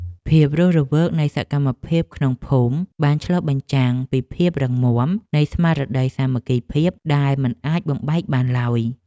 ភាពរស់រវើកនៃសកម្មភាពក្នុងភូមិបានឆ្លុះបញ្ចាំងពីភាពរឹងមាំនៃស្មារតីសាមគ្គីភាពដែលមិនអាចបំបែកបានឡើយ។